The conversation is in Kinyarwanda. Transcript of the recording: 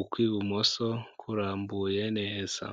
ukw'ibumoso kurambuye neza.